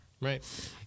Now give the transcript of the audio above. Right